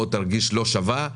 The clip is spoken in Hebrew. או תרגיש לא שווה,